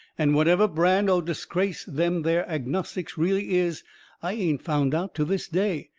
and whatever brand o' disgrace them there agnostics really is i ain't found out to this day,